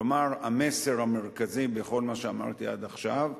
כלומר, המסר המרכזי בכל מה שאמרתי עד עכשיו,